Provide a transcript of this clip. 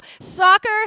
soccer